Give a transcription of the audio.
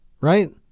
right